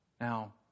now